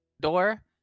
door